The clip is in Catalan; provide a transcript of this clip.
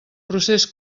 procés